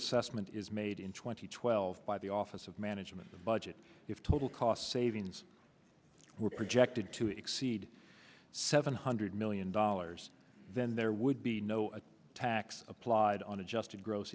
assessment is made in two thousand and twelve by the office of management and budget if total cost savings were projected to exceed seven hundred million dollars then there would be no tax applied on adjusted gross